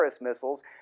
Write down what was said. missiles